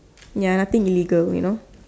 ya nothing illegal you know